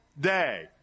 day